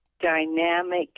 dynamic